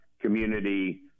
community